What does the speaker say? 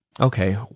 Okay